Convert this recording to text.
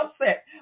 upset